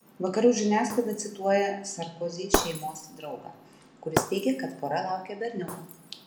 vakarų žiniasklaida cituoja sarkozy šeimos draugą kuris teigia kad pora laukia berniuko